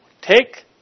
Take